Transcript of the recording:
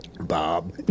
Bob